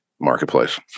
marketplace